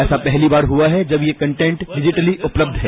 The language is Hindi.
ऐसा पहली बार हुआ है जब ये कटेट डिजिटली उपलब्ध है